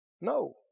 No